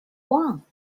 warm